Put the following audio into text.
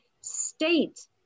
state